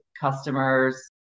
customers